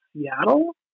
Seattle